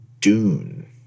Dune